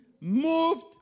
Moved